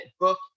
Book